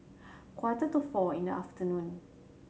quarter to four in the afternoon